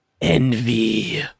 Envy